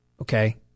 Okay